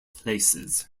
places